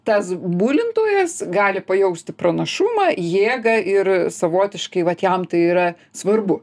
tas bulintojas gali pajausti pranašumą jėgą ir savotiškai vat jam tai yra svarbu